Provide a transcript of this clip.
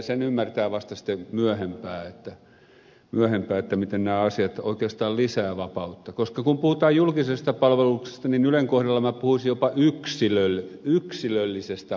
sen ymmärtää vasta sitten myöhempään miten nämä asiat oikeastaan lisäävät vapautta koska kun puhutaan julkisesta palveluksesta niin ylen kohdalla minä puhuisin jopa yksilöllisestä palveluksesta